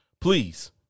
please